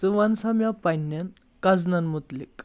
ژٕ وَن سا مےٚ پننؠن قزٕنَن مُتلِق